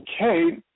okay